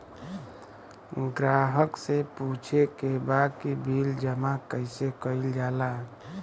ग्राहक के पूछे के बा की बिल जमा कैसे कईल जाला?